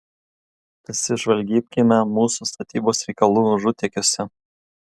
pasižvalgykime mūsų statybos reikalų užutėkiuose